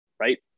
Right